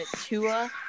Tua